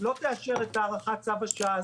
לא תאשר את הארכת צו השעה,